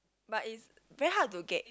but is very hard to get